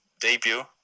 debut